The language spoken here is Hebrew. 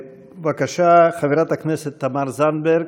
בבקשה, חברת הכנסת תמר זנדברג.